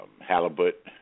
halibut